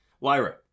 Lyra